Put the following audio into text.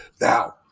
now